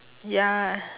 ya